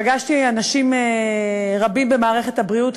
פגשתי אנשים רבים במערכת הבריאות.